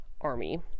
army